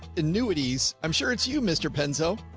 annuities. i'm sure it's you, mr penso.